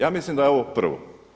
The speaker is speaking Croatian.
Ja mislim da je ovo prvo.